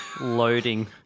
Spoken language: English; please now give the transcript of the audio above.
loading